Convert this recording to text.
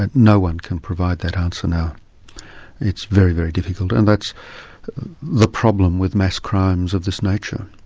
ah no-one can provide that answer now it's very, very difficult, and that's the problem with mass crimes of this nature.